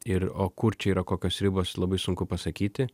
ir o kur čia yra kokios ribos labai sunku pasakyti